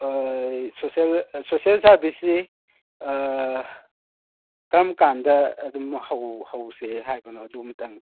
social ꯁꯥꯔꯕꯤꯁꯁꯤ ꯀꯔꯝ ꯀꯥꯟꯗ ꯑꯗꯨꯝ ꯍꯧꯁꯦ ꯍꯥꯏꯕꯅꯣ ꯑꯗꯨ ꯑꯃꯇꯪ